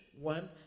one